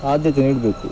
ಆದ್ಯತೆ ನೀಡಬೇಕು